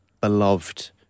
beloved